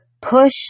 push